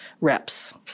reps